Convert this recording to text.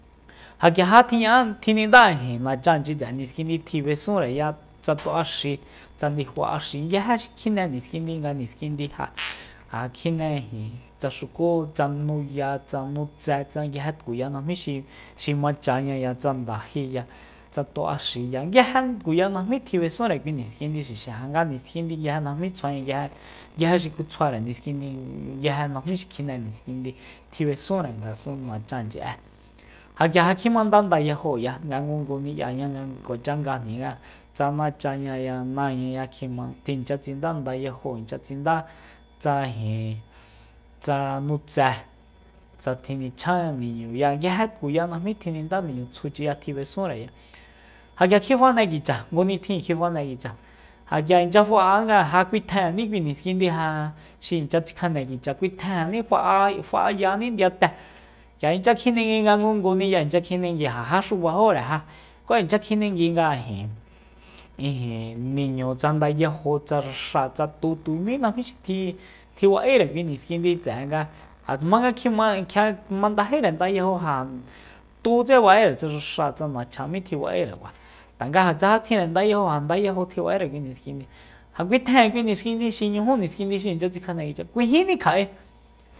Ja k'ia ja tjiña'á tjininda nachanchi tse'e niskindi tjib'esúnreya tsa tu'axi tsa ndifa axi nguije xi kjine niskindi nga niskindi ja kjine ijin tsa ruku tsa nuya tsa nutse tsa nguije tkuya najmí xi machañaya tsa ndaje tsa tu'axiya nguije tkuya najmí tjinb'esunre kui niskindi xixi ja nga niskindi nguije najmí tsjuaña nguije xi ku tsjuare niskindi nguije najmí xi kjine niskindi tjib'esunre ngasun nachanchi'e ja k'ia ja kjimanda ndayajoya nga ngungu ni'yaña nga kuacha ngajni tsa najniya tsa nachañaya kjima tsa inchya tsinda ndayajo inchya tsinda tsa ijin tsa nutse tsa tjinichjan niñuya nguije tkuya najmí tjininda niñutsjuchi tji b'esunre ja k'ia kjifane kicha ngu nitjin kji fane kicha ja k'ia inchya ja k'ia inchya fa'anga ja kuitjejenní kui niskindi ja xi inchya tsikjane kicha kuitjejenní fa'a fa'ayani ndiyate k'ia inchya kjinengui nga ngungu ni'ya inchya kjenengui ja jaxu bajore ja ku ja inchya kjinengui ijin tsa ndayajo tsa raxáa tsa tu tumí najmí xi tjin tji ba'ére kui niskindi tse'e nga jmanga kjima nga kjia mandájire ndayajo ja tútse ba'ere tsa raxáa tsa nachja tsa mítse tjiba'erekua tanga ja tsa ja tjinre ndayajo ja ndayajo tjiba'ere kui niskindi ja kuitjejen kui niskindi xi ñuju niskindi xi inchya tsikjane kicha nde kuijíni kja'e